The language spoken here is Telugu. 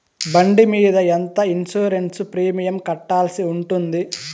బండి మీద ఎంత ఇన్సూరెన్సు ప్రీమియం కట్టాల్సి ఉంటుంది?